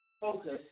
Focus